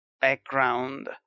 background